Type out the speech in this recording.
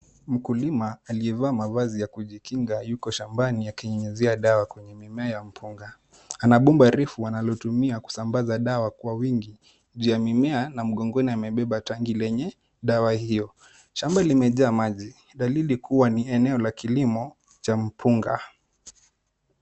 Mkulima aliyevaa mavazi ya kujikinga yuko shambani akinyunyizia dawa kwenye mimea ya mpunga. Ana bomba refu analolitumia kuzambaza dawa kwa uwingi, juu ya mimea na mgongoni amebeba tangi lenye dawa iyo. Shamba limejaa maji, dalili kuwa ni eneo la kilimo cha mpunga.